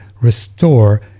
RESTORE